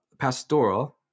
Pastoral